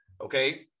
Okay